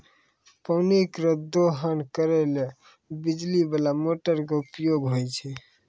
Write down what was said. पानी केरो दोहन करै ल बिजली बाला मोटर क उपयोग होय छै